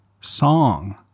song